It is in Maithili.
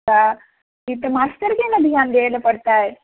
तऽ ई तऽ मास्टरके ने ध्यान दियै लेल पड़तै